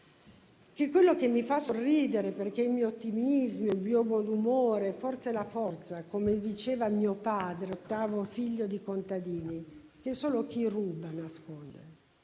quello che mi fa sorridere, per il mio ottimismo, il mio buon umore e forse la mia forza perché, come diceva mio padre, ottavo figlio di contadini, solo chi ruba nasconde